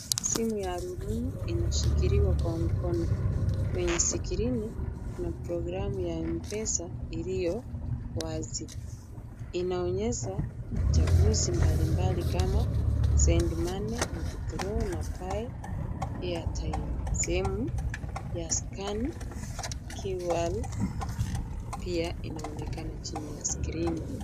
Simu ya rununu imeshikiliwa kwa mkono yenye skrini na programu ya mpesa iliyo wazi. Inaonyesha uchaguzi mbali mbali kama send money, withdraw na buy airtime sehemu ya scan qr pia inaonekana chini ya skrini.